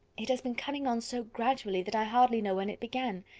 it has been coming on so gradually, that i hardly know when it began.